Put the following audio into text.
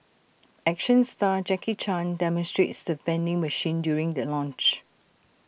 action star Jackie chan demonstrates the vending machine during the launch